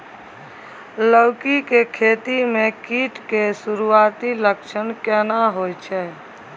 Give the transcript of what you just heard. लौकी के खेती मे कीट के सुरूआती लक्षण केना होय छै?